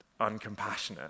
uncompassionate